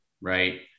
Right